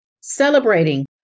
Celebrating